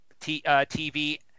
TV